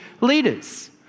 leaders